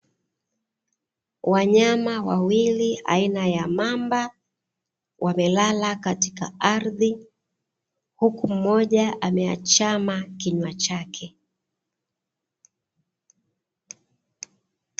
Wanyama wawili aina ya mamba, wamelala katika ardhi, huku mmoja ameachama kinywa chake.